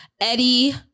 Eddie